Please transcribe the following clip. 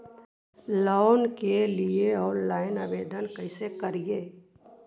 Loan के लिये online आवेदन कैसे करि?